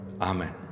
Amen